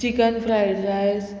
chicken fried rice